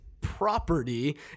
property